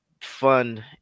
fun